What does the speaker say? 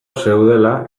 zeudela